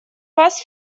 вас